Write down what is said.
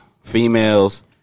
females